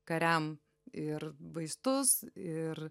kariam ir vaistus ir